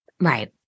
Right